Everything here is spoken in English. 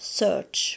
search